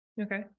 Okay